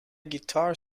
guitar